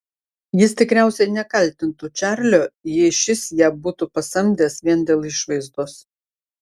jis tikriausiai nekaltintų čarlio jei šis ją būtų pasamdęs vien dėl išvaizdos